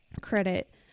credit